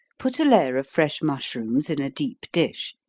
put a layer of fresh mushrooms in a deep dish,